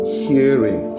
hearing